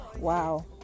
Wow